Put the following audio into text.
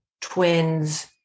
twins